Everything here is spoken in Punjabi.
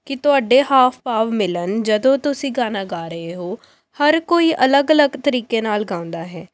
ਕਿ ਤੁਹਾਡੇ ਹਾਵ ਭਾਵ ਮਿਲਣ ਜਦੋਂ ਤੁਸੀਂ ਗਾਣਾ ਗਾ ਰਹੇ ਹੋ ਹਰ ਕੋਈ ਅਲੱਗ ਅਲੱਗ ਤਰੀਕੇ ਨਾਲ ਗਾਉਂਦਾ ਹੈ